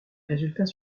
résultats